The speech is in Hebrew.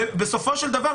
ובסופו של דבר